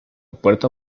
puerto